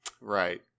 right